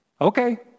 okay